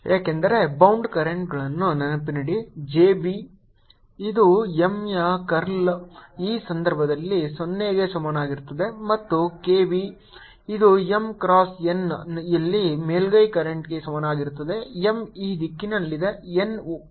ಏಕೆಂದರೆ ಬೌಂಡ್ ಕರೆಂಟ್ಗಳನ್ನು ನೆನಪಿಡಿ J B ಇದು M ಯ ಕರ್ಲ್ ಈ ಸಂದರ್ಭದಲ್ಲಿ 0ಗೆ ಸಮನಾಗಿರುತ್ತದೆ ಮತ್ತು K B ಇದು M ಕ್ರಾಸ್ n ಇಲ್ಲಿ ಮೇಲ್ಮೈ ಕರೆಂಟ್ಗೆ ಸಮನಾಗಿರುತ್ತದೆ M ಈ ದಿಕ್ಕಿನಲ್ಲಿದೆ n ಹೊರಹೋಗುತ್ತದೆ